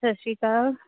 ਸਤਿ ਸ਼੍ਰੀ ਅਕਾਲ